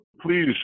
please